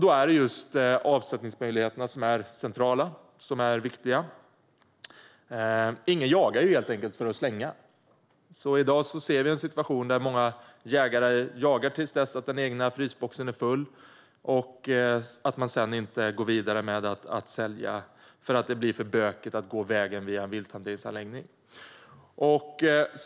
Då är det just avsättningsmöjligheterna som är centrala och viktiga. Ingen jagar för att slänga köttet. Därför ser vi i dag en situation där många jägare jagar tills den egna frysboxen är full. Men sedan går de inte vidare med att sälja för att det blir för bökigt att gå vägen via en vilthanteringsanläggning. Fru talman!